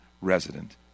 Resident